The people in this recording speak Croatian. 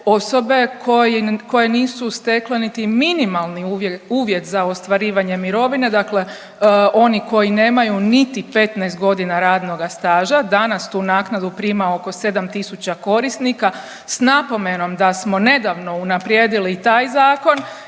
osobe koje nisu stekle niti minimalni uvjet za ostvarivanje mirovine, dakle koji nemaju niti 15 godina radnoga staža danas tu naknadu prima oko 7000 korisnika sa napomenom da smo nedavno unaprijedili i taj zakon